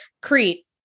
Crete